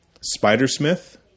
Spider-Smith